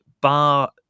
bar